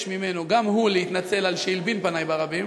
ממנו גם הוא להתנצל על שהלבין פני ברבים.